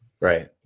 Right